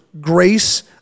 grace